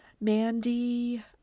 Mandy